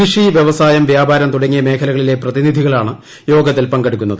കൃഷി വ്യവസായം വ്യാപാരം തുടങ്ങിയ മേഖലകളിലെ പ്രതിനിധികളാണ് യോഗത്തിൽ പങ്കെടുക്കുന്നത്